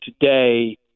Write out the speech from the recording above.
today